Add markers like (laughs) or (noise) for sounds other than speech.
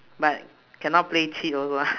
but cannot play cheat also (laughs)